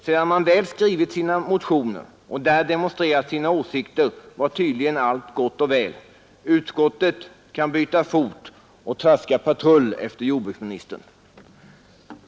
Sedan man väl skrivit sina motioner och där demonstrerat sina åsikter var allt tydligen gott och väl. Utskottet kan byta fot och traska patrull efter jordbruksministern.